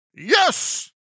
Yes